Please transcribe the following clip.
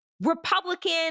Republican